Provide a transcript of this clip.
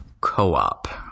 co-op